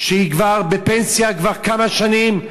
שהיא בפנסיה כבר כמה שנים,